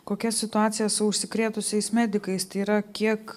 kokia situacija su užsikrėtusiais medikais tai yra kiek